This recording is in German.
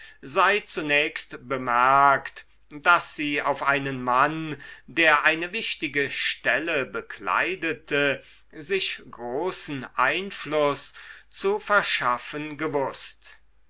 sei zunächst bemerkt daß sie auf einen mann der eine wichtige stelle bekleidete sich großen einfluß zu verschaffen gewußt